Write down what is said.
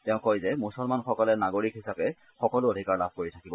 তেওঁ কয় যে মুছলমানসকলে নাগৰিক হিচাপে সকলো অধিকাৰ লাভ কৰি থাকিব